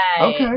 Okay